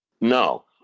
No